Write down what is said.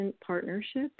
partnership